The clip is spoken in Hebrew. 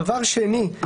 דבר שני,